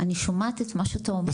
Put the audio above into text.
אני שומעת את מה שאתה אומר,